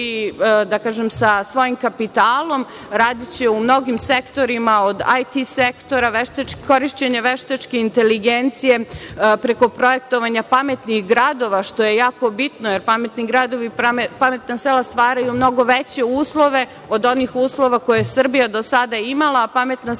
će ući sa svojim kapitalom će raditi u mnogim sektorima od IT sektora, korišćenja veštačke inteligencije preko projektovanja pametnih gradova, što je jako bitno, jer pametna sela stvaraju mnogo veće uslove od onih uslova koje je Srbija do sada imala. To